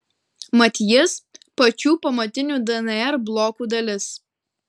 mat jis pačių pamatinių dnr blokų dalis